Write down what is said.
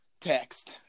Text